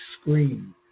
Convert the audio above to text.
screen